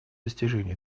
достижения